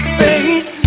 face